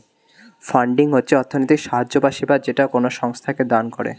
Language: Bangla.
ফান্ডিং হচ্ছে অর্থনৈতিক সাহায্য বা সেবা যেটা কোনো সংস্থাকে দান করে